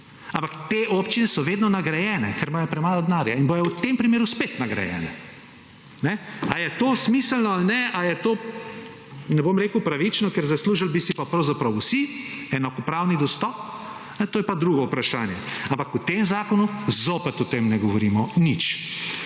Ampak te občine so vedno nagrajene, ker imajo premalo denarja in bodo v tem primeru spet nagrajene. A je to smiselno ali ne, a je to – ne bom rekel pravično, ker zaslužili bi si pa pravzaprav vsi enakopravni dostop. To je pa drugo vprašanje. Ampak v tem zakonu zopet o tem ne govorimo nič.